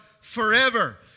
forever